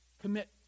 commit